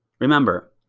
Remember